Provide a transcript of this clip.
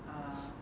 err